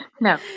No